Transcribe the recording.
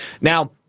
Now